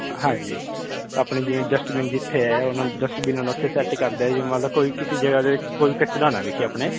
ਹਾਂਜੀ ਆਪਣੇ ਜਿਵੇਂ ਡਸਟਬਿਨ ਜਿੱਥੇ ਹੈ ਉਨ੍ਹਾਂ ਡਸਟਬੀਨਾਂ ਨੂੰ ਉੱਥੇ ਸੈਟ ਕਰਦਿਓ ਜੇ ਮੰਨ ਲਓ ਕੋਈ ਕਿਸੇ ਜਗ੍ਹਾ ਦੇ ਕੋਈ ਵੀ ਕਚਰਾ ਨਾ ਵਿਖੇ ਆਪਣੇ